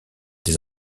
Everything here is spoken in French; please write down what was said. des